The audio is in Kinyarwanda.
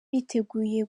biteguye